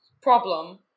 problem